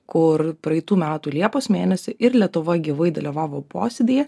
kur praeitų metų liepos mėnesį ir lietuvoj gyvai dalyvavo posėdyje